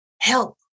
help